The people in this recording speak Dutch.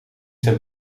zijn